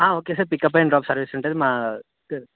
okay sir pickup and drop service centre మా